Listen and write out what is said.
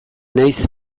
naiz